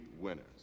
winners